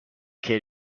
kid